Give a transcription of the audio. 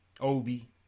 Obi